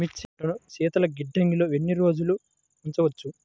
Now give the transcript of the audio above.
మిర్చి పంటను శీతల గిడ్డంగిలో ఎన్ని రోజులు ఉంచవచ్చు?